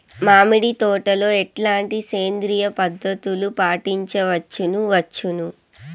మామిడి తోటలో ఎట్లాంటి సేంద్రియ పద్ధతులు పాటించవచ్చును వచ్చును?